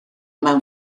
mewn